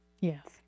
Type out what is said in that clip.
Yes